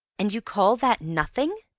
and you call that nothing!